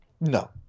No